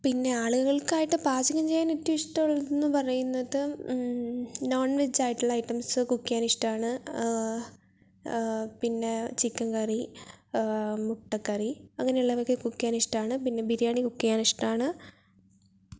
പിന്നെ ആളുകൾക്കായിട്ട് പാചകം ചെയ്യാൻ ഏറ്റവും ഇഷ്ടമുള്ളതെന്നു പറയുന്നത് നോൺ വെജ് ആയിട്ടുള്ള ഐറ്റംസ് കുക്ക് ചെയ്യാൻ ഇഷ്ടമാണ് പിന്നെ ചിക്കൻ കറി മുട്ട കറി അങ്ങനെ ഉള്ളതൊക്കെ കുക്ക് ചെയ്യാൻ ഇഷ്ടമാണ് പിന്നെ ബിരിയാണി കുക്ക് ചെയ്യാൻ ഇഷ്ടമാണ്